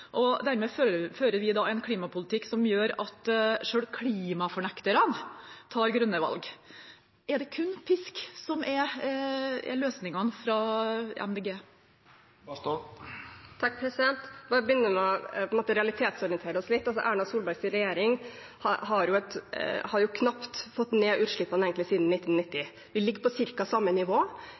Dermed fører vi en klimapolitikk som gjør at selv klimafornekterne tar grønne valg. Er det kun pisk som er løsningen fra Miljøpartiet De Grønne? Vi må begynne med å realitetsorientere oss litt. Erna Solbergs regjering har jo knapt fått ned utslippene siden 1990. Vi ligger på cirka samme nivå.